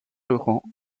laurent